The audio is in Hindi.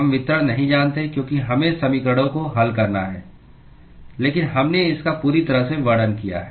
हम वितरण नहीं जानते क्योंकि हमें समीकरणों को हल करना है लेकिन हमने इसका पूरी तरह से वर्णन किया है